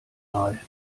mal